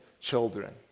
children